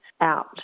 out